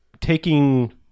taking